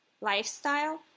lifestyle